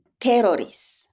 terrorists